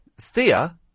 Thea